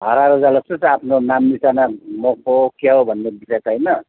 हराएर जाला जस्तै छ आफ्नो नाम निसाना म को हो क्या हो भन्ने विषय त होइन